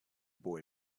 boy